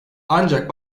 ancak